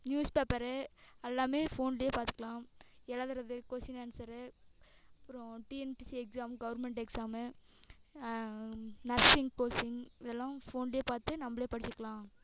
news paper எல்லாமே ஃபோனிலே பார்த்துக்குலாம் எழுதுறது கொஷின் ஆன்சரு அப்புறம் TNPSC exam government exam nursing கோர்சிங் இது எல்லாம் ஃபோனிலே பார்த்து நம்மளே படிச்சுக்கிலாம்